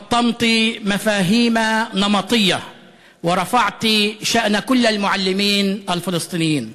ואת שם בית-הספר שלה באל-בירה ואת שם עמה הפלסטיני בכללותו.